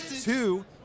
Two